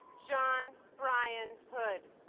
john brian hood